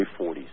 40s